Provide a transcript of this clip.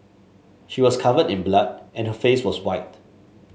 she was covered in blood and her face was white